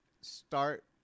start